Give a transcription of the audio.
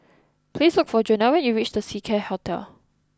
please look for Jonell when you reach The Seacare Hotel